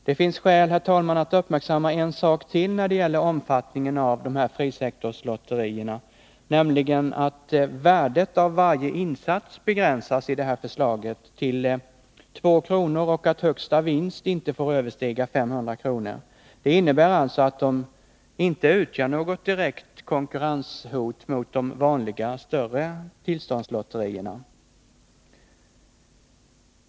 Det finns skäl, herr talman, att uppmärksamma en sak till när det gäller omfattningen av frisektorslotterierna, nämligen att värdet av varje insats begränsas genom det här förslaget till 2 kr. och att högsta vinsten inte får överstiga 500 kr. Det innebär alltså att dessa lotterier inte utgör något direkt konkurrenshot mot de vanliga större tillståndslotterierna.